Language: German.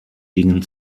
gingen